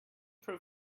prove